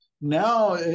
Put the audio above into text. now